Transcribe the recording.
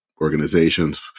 organizations